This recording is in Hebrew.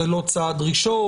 זה לא צעד ראשון,